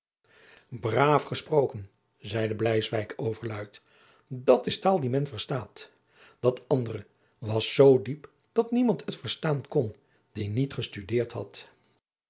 braaf gesproken zeide bleiswyk overluid dat is taal die men verstaat dat andere was zoo diep dat niemand het verstaan kon die niet gestudeerd had